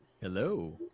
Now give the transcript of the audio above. Hello